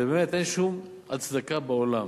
ובאמת אין שום הצדקה בעולם